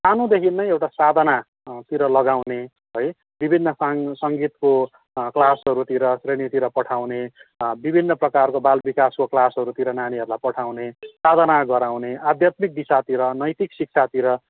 सानोदेखि नै एउटा साधनातिर लगाउने है विभिन्न सङ्गीतको क्लासहरूतिर ट्रेनिङतिर पठाउने विभिन्न प्रकारको बालविकासको क्लासहरूतिर नानीहरूलाई पठाउने साधना गराउने आध्यात्मिक दिशातिर नैतिक शिक्षातिर